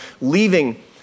leaving